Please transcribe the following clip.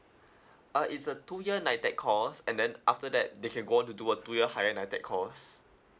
uh it's a two year NITEC course and then after that they can go on to do a two year higher NITEC course